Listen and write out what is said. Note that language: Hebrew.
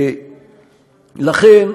לכן,